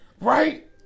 right